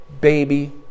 baby